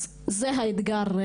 אז זה האתגר,